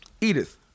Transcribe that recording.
Edith